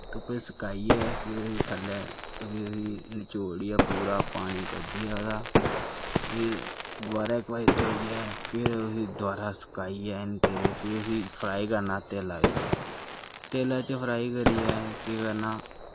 धुप्पा सकाइयै फिर पैह्लें उसी नचोड़ियै पूरा पानी कड्डियै ओह्दा दबारै इक बारी धोइयै फिर उसी दबारा सकाइयै हैन फिर उसी फ्राई करना तेला च तेलै च फ्राई करियै केह् करना